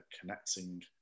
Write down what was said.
connecting